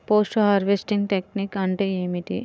Post harvesting technique అంటే ఏమిటీ?